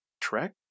Trek